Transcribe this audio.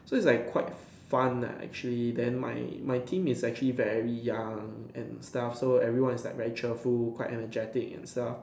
so is like quite fun lah actually then my my team is actually very young and stuff so everyone is like very cheerful quite energetic and stuff